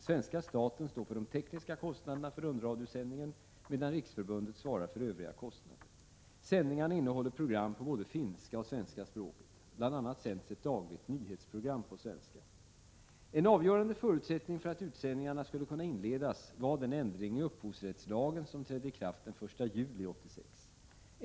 Svenska staten står för de tekniska kostnaderna för rundradiosändningen medan Riksförbundet svarar för övriga kostnader. Sändningarna innehåller program på både finska och svenska språket. Bl.a. sänds ett dagligt nyhetsprogram på svenska. En avgörande förutsättning för att utsändningarha skulle kunna inledas var den ändring i upphovsrättslagen somlträdde i kraft den 1 juli 1986.